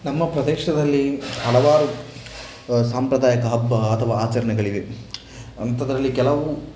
ನಮ್ಮ ಪ್ರದೇಶದಲ್ಲಿ ಹಲವಾರು ಸಾಂಪ್ರದಾಯಿಕ ಹಬ್ಬ ಅಥವಾ ಆಚರಣೆಗಳಿವೆ ಅಂಥದರಲ್ಲಿ ಕೆಲವು